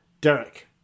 Derek